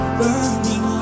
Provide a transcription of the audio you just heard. burning